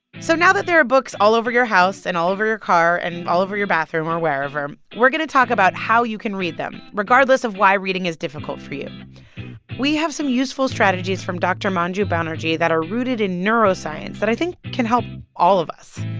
so now that there are books all over your house and all over your car and all over your bathroom or wherever, we're going to talk about how you can read them, regardless of why reading is difficult for you we have some useful strategies from dr. manju banerjee that are rooted in neuroscience that i think can help all of us.